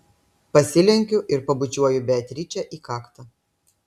pasilenkiu ir pabučiuoju beatričę į kaktą